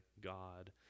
God